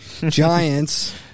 Giants